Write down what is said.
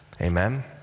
Amen